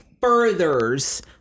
furthers